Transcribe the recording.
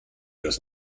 das